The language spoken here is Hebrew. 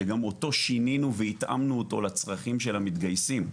שגם אותו שינינו והתאמנו אותו לצרכים של המתגייסים.